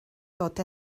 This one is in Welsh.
fod